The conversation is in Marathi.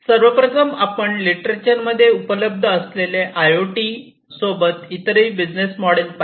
सर्वप्रथम आपण लिटरेचर मध्ये उपलब्ध असलेले आय आय ओ टी सोबत इतरही बिझनेस मोडेल पाहिले